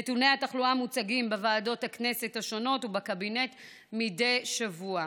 נתוני התחלואה מוצגים בוועדות הכנסת השונות ובקבינט מדי שבוע.